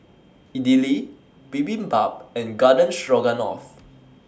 Idili Bibimbap and Garden Stroganoff